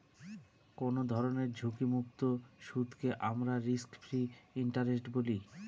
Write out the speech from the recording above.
কোনো ধরনের ঝুঁকিমুক্ত সুদকে আমরা রিস্ক ফ্রি ইন্টারেস্ট বলি